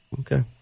Okay